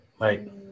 Right